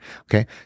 okay